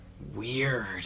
Weird